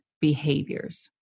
behaviors